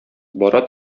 бара